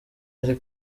ari